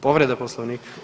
Povreda Poslovnika?